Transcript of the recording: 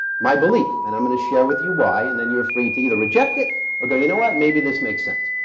my belief, and i'm going to share with you why and then you're free to either reject it or go, you know what, maybe this makes sense.